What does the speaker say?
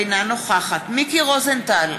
אינה נוכחת מיקי רוזנטל,